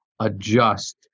adjust